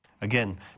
Again